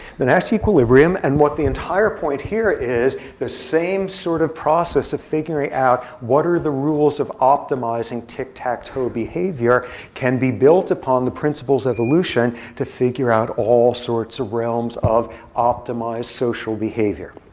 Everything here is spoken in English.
the nash equilibrium, and what the entire point here is, the same sort of process of figuring out what are the rules of optimizing tic-tac-toe behavior can be built upon the principles of evolution to figure out all sorts of realms of optimized social behavior.